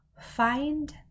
find